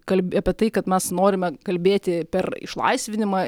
kalbi apie tai kad mes norime kalbėti per išlaisvinimą